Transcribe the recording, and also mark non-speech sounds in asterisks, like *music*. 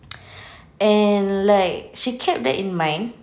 *noise* and like she kept that in mind